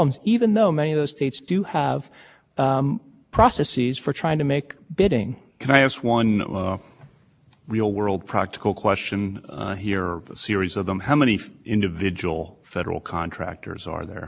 and so the question is someone's been a federal employee and it's contributed in then becomes a contractor and keeps contributing without knowing the law so this is just a tangential to this case but real world implications does the government warn